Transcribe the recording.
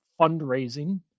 fundraising